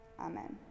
Amen